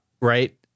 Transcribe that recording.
right